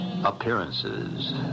Appearances